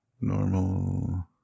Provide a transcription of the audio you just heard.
Normal